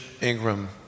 Ingram